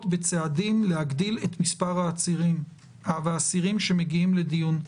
בצעדים להגדיל את מספר העצירים והאסירים שמגיעים לדיון.